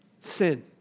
Sin